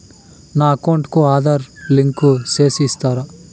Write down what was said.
నా అకౌంట్ కు ఆధార్ లింకు సేసి ఇస్తారా?